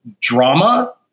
drama